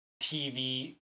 tv